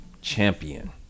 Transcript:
champion